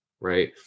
Right